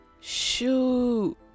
Shoot